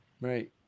Right